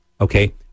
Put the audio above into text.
Okay